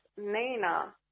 Nina